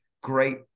great